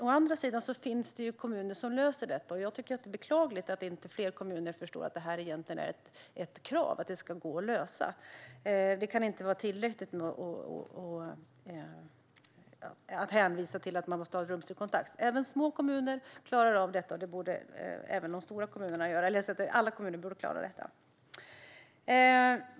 Å andra sidan finns det kommuner som löser detta, och jag tycker att det är beklagligt att inte fler kommuner förstår att det här egentligen är ett krav och att det ska gå att lösa. Det kan inte vara tillräckligt att hänvisa till att man måste ha rumslig kontakt. Även små kommuner klarar av detta, och det borde även de stora kommunerna göra. Alla kommuner borde klara detta.